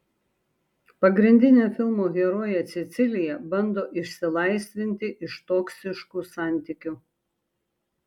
pagrindinė filmo herojė cecilija bando išsilaisvinti iš toksiškų santykių